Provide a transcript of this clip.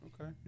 Okay